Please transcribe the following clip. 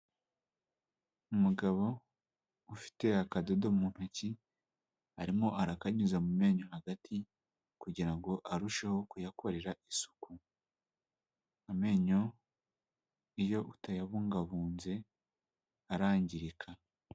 Umugabo ufite akadodo mu ntoki, arimo arakanyuza mu menyo hagati, kugira ngo arusheho kuyakorera isuku. Amenyo iyo utayabungabunze arangirika.